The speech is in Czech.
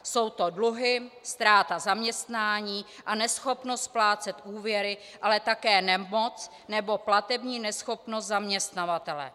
Jsou to dluhy, ztráta zaměstnání a neschopnost splácet úvěry, ale také nemoc nebo platební neschopnost zaměstnavatele.